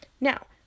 Now